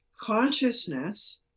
consciousness